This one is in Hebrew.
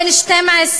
בן 12,